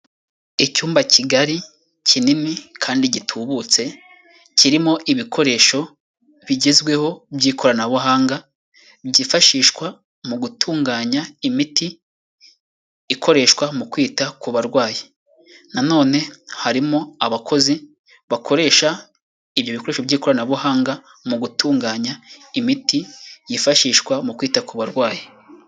Icyumba kigari, kinini kandi gitubutse, kirimo ibikoresho bigezweho by'ikoranabuhanga byifashishwa mu gutunganya imiti ikoreshwa mu kwita ku barwayi. Na none harimo abakozi bakoresha ibyo bikoresho by'ikoranabuhanga mu gutunganya imiti yifashishwa mu kwita ku barwayi.